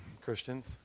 Christians